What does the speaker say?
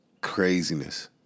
craziness